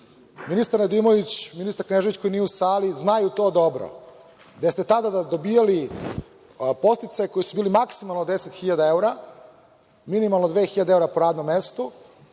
Ministar Nedimović, ministar Knežević koji nije u sali, znaju to dobro. Da ste tada dobijali podsticaje koji su bili maksimalno deset hiljada evra, minimalno dve hiljade evra po radnom mestu,